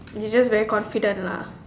you just very confident lah